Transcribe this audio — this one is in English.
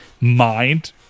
mind